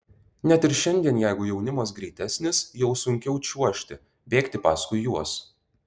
net ir šiandien jeigu jaunimas greitesnis jau sunkiau čiuožti bėgti paskui juos